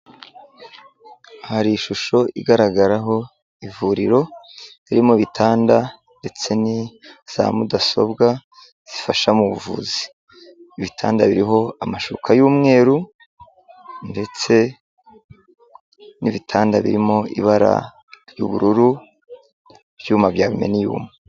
Hari ishusho igaragaraho ivuriro ririmo ibitanda, ndetse na za mudasobwa zifasha mu buvuzi, ibitanda biriho amashuka y'umweru, ndetse n'ibitanda birimo ibara ry'ubururu ibyuma bya arumeniyumu.